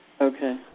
Okay